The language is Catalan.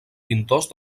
pintors